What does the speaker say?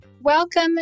Welcome